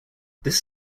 this